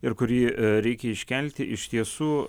ir kurį reikia iškelti iš tiesų